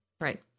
Right